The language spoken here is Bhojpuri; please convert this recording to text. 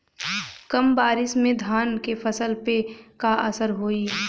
कम बारिश में धान के फसल पे का असर होई?